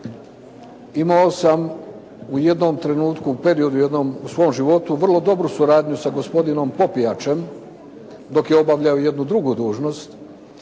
Imao sam u jednom trenutku, u periodu jednom u svom životu, vrlo dobru suradnju sa gospodinom Popijačem dok je obavljao jednu drugu dužnost,